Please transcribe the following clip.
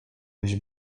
byś